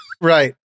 right